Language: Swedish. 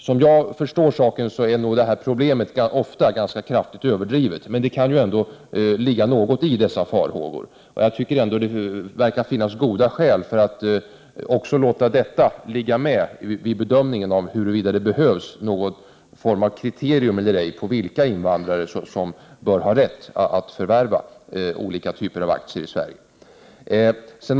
Såvitt jag förstår är detta problem ganska ofta överdrivet, men det kan ändå ligga något i dessa farhågor. Jag tycker ändå att det verkar finnas goda skäl att låta detta finnas med vid bedömningen av huruvida det behövs någon form av kriterium eller ej på vilka invandrare som bör ha rätt att förvärva olika typer av aktier i Sverige.